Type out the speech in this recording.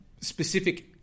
specific